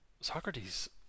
Socrates